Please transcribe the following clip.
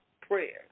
prayers